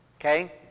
okay